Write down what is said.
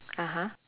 (uh huh)